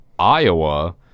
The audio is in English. Iowa